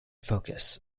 focus